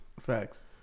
Facts